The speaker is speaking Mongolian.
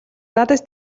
надаас